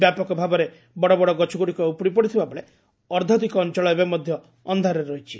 ବ୍ୟାପକ ଭାବରେ ବଡ଼ ବଡ଼ ଗଛଗୁଡ଼ିକ ଉପୁଡ଼ି ପଡ଼ିଥିବାବେଳେ ଅର୍ଦ୍ଧାଧକ ଅଞ୍ଚଳ ଏବେ ମଧ୍ୟ ଅକ୍ଷାରରେ ରହିଛି